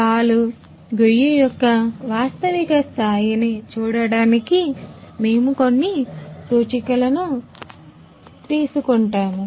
పాలు గొయ్యి యొక్క వాస్తవిక స్థాయిని చూడటానికి మేము కొన్ని సూచికలను తీసుకుంటాము